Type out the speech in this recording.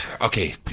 Okay